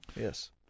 Yes